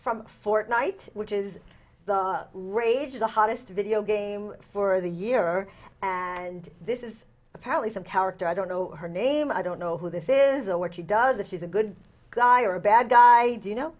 from for tonight which is the rage the hottest video game for the year or at and this is apparently some character i don't know her name i don't know who this is and what she does that she's a good guy or bad guy you know